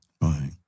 right